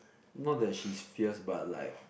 not that she's fierce but like